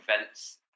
events